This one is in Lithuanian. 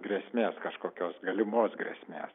grėsmės kažkokios galimos grėsmės